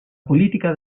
política